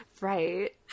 Right